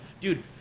Dude